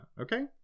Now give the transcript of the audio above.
okay